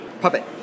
Puppet